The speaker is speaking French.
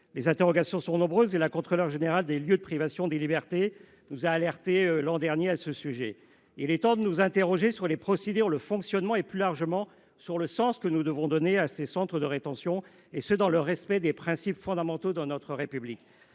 Les interrogations sont nombreuses : la Contrôleure générale des lieux de privation de liberté nous alertait l’an dernier sur ce sujet. Il est temps de nous interroger sur les procédures, sur le fonctionnement et, plus largement, sur le sens que nous devons donner à ces centres de rétention, et ce dans le respect des principes fondamentaux de notre République.